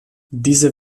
diese